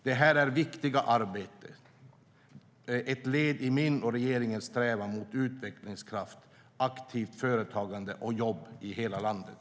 Det här viktiga arbetet är ett led i min och regeringens strävan mot utvecklingskraft, aktivt företagande och jobb i hela landet.